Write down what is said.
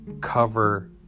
cover